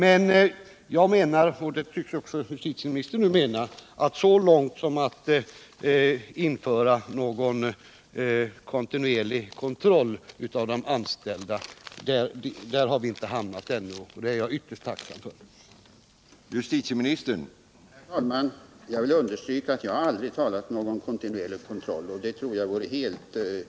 Men jag menar — och detsamma tycks också justitieministern mena —att så långt som till att behöva införa någon kontinuerlig kontroll av de anställda har vi ännu inte kommit, och jag är ytterst tacksam för att vi inte hamnat där.